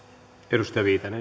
arvoisa